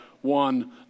one